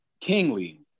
kingly